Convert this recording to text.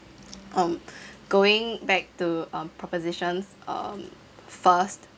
um going back to um proposition's um first